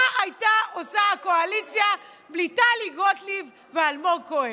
מה הייתה עושה הקואליציה בלי טלי גוטליב ואלמוג כהן?